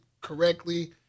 correctly